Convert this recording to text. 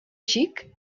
xic